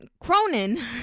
Cronin